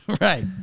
Right